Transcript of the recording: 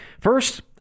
First